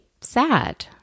sad